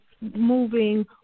moving